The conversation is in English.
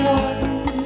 one